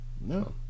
No